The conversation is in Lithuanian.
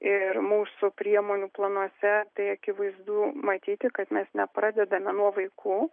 ir mūsų priemonių planuose tai akivaizdu matyti kad mes nepradedame nuo vaikų